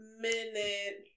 minute